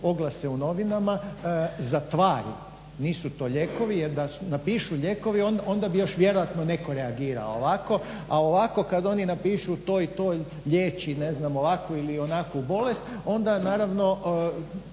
oglase u novinama za tvari, nisu to lijekovi jer da nam pišu lijekovi onda bi još vjerojatno netko reagirao a ovako kad oni napišu to i to liječi ne znam ovakvu ili onakvu bolest onda naravno